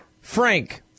Frank